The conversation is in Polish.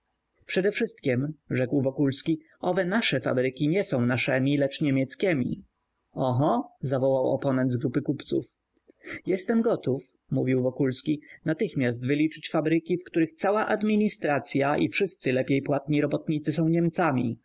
fabrykom przedewszystkiem rzekł wokulski owe nasze fabryki nie są naszemi lecz niemieckiemi oho zawołał oponent z grupy kupców jestem gotów mówił wokulski natychmiast wyliczyć fabryki w których cała administracya i wszyscy lepiej płatni robotnicy są niemcami